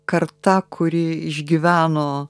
karta kuri išgyveno